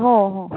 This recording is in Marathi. हो हो